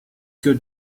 good